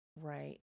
Right